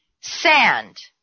Sand